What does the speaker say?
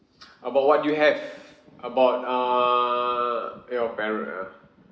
about what you have about err your parrot ah